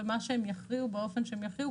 ומה שהם יכריעו באופן שהם יכריעו,